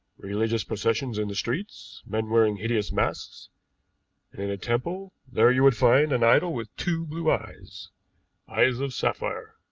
religious processions in the streets, men wearing hideous masks and in a temple there you would find an idol with two blue eyes eyes of sapphire.